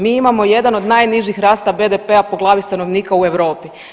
Mi imamo jedan od najnižih rasta BDP-a po glavi stanovnika u Europi.